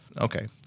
Okay